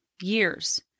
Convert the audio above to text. years